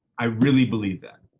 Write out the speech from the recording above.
i really believe that.